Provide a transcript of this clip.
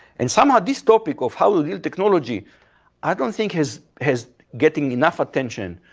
and somehow this topic of how real technology i don't think has has getting enough attention.